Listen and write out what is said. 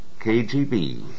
KGB